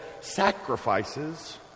sacrifices